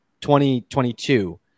2022